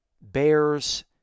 bears